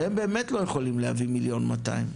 והם באמת לא יכולים להביא 1.2 מיליון,